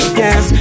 yes